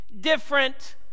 different